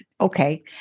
Okay